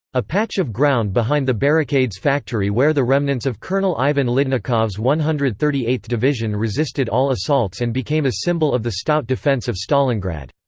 a patch of ground behind the barricades factory where the remnants of colonel ivan lyudnikov's one hundred and thirty eighth division resisted all assaults and became a symbol of the stout defense of stalingrad.